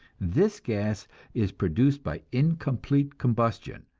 this gas is produced by incomplete combustion,